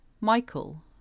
Michael